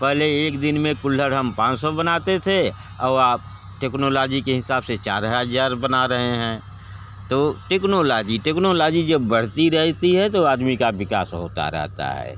पहले एक दिन में कुल्हड़ हम पाँच सौ बनाते थे और आप टेक्नोलाजी के हिसाब से चार हज़ार बना रहे हैं तो टेक्नोलाजी टेक्नोलाजी जब बढ़ती रहती है तो आदमी का विकास होता रहता है